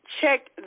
check